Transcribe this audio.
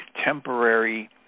temporary